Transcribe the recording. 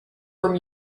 from